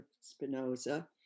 Spinoza